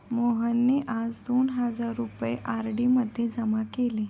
मोहनने आज दोन हजार रुपये आर.डी मध्ये जमा केले